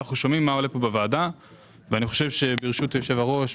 אנחנו שומעים מה עולה כאן בוועדה ואני חושב שברשות יושב הראש,